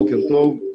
בוקר טוב.